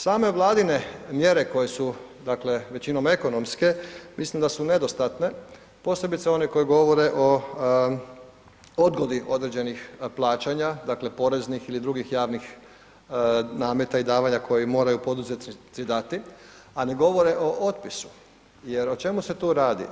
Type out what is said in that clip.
Same Vladine mjere koje su, dakle većinom ekonomske, mislim da su nedostatne, posebice one koje govore o odgodi određenih plaćanja, dakle poreznih ili drugih javnih nameta i davanja koji moraju poduzetnici dati, a ne govore o otpisu, jer o čemu se tu radi?